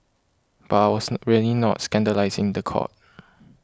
but I wasn't really not scandalising the court